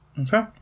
Okay